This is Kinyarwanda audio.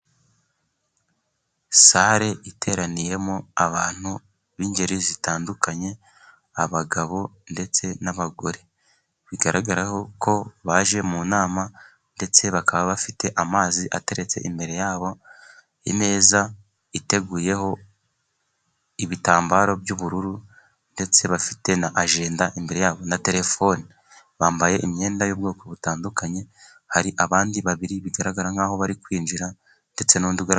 Salle iteraniyemo abantu b'ingeri zitandukanye, abagabo ndetse n'abagore, bigaragaraho ko baje mu nama, ndetse bakaba bafite amazi ateretse imbere yabo, imeza iteguyeho ibitambaro by'ubururu, ndetse bafite na ajenda imbere yabo, na telefone, bambaye imyenda y'ubwoko butandukanye, hari abandi babiri bigaragara nkaho bari kwinjira ndetse n'udugato.